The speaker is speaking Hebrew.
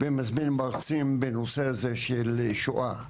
בנושא הזה של שואה.